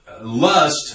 lust